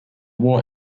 war